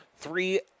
three